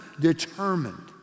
determined